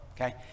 okay